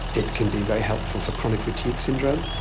it can be very helpful for chronic fatigue syndrome,